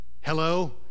Hello